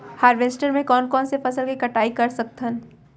Harvester म कोन कोन से फसल के कटाई कर सकथन?